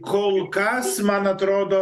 kol kas man atrodo